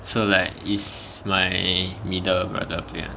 so like is my middle brother play [one]